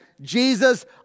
Jesus